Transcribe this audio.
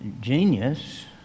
genius